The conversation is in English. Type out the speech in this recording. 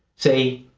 say,